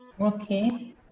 Okay